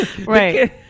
Right